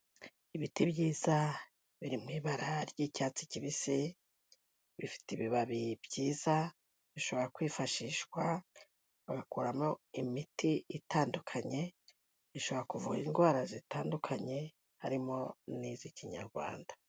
Ibiti byiza biri mu ibara ry'icyatsi kibisi, bifite ibibabi byiza, bishobora kwifashishwa bagakoramo imiti itandukanye, bishobora kuvura indwara zitandukanye, harimo n'iz'Ikinyarwanda.